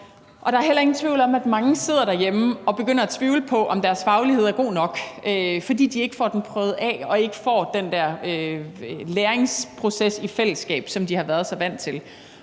og der er heller ingen tvivl om, at mange sidder derhjemme og begynder at tvivle på, om deres faglighed er god nok, fordi de ikke får den prøvet af og ikke får den der læringsproces i fællesskab, som de har været så vant til.